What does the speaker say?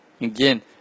Again